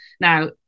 now